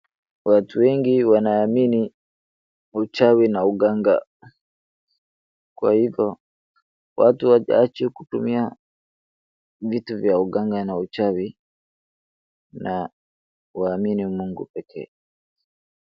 Watu wengi wanaamini uchawi na uganga. Kwa hivyo watu waache kutumia vitu vya uganga na uchawi na waamini Mungu pekee.